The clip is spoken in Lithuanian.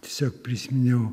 tiesiog prisiminiau